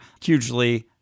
hugely